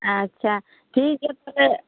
ᱟᱪᱪᱷᱟ ᱴᱷᱤᱠ ᱜᱮᱭᱟ ᱛᱟᱦᱚᱞᱮ